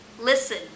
listen